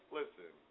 listen